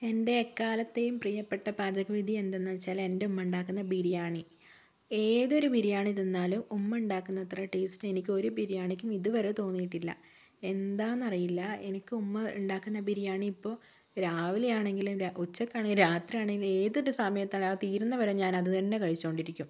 എൻ്റെ എക്കാലത്തെയും പ്രിയപ്പെട്ട പാചകവിധി എന്തെന്നു വച്ചാൽ എൻ്റെ ഉമ്മ ഉണ്ടാക്കുന്ന ബിരിയാണി ഏതൊരു ബിരിയാണി തിന്നാലും ഉമ്മ ഉണ്ടാക്കുന്ന അത്ര ടേസ്റ്റ് എനിക്കൊരു ബിരിയാണിക്കും ഇതുവരെ തോന്നിയിട്ടില്ല എന്താണെന്നറിയില്ല എനിക്ക് ഉമ്മ ഉണ്ടാക്കുന്ന ബിരിയാണി ഇപ്പോൾ രാവിലെയാണെങ്കിലും ഉച്ചയ്ക്കാണെങ്കിലും രാത്രിയാണെങ്കിലും ഏതൊരു സമയത്താണെങ്കിലും അത് തീരുന്നതുവരെ ഞാനതു തന്നെ കഴിച്ചുകൊണ്ടിരിക്കും